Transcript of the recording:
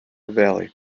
valley